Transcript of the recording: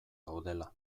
gaudela